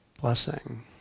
blessing